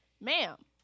ma'am